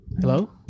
Hello